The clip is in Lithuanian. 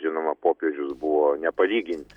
žinoma popiežius buvo nepalygint